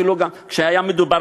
אפילו כשהיה מדובר,